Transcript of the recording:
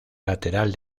lateral